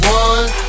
one